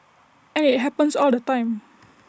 and IT happens all the time